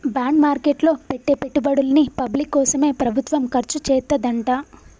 bond market లో పెట్టే పెట్టుబడుల్ని పబ్లిక్ కోసమే ప్రభుత్వం ఖర్చుచేత్తదంట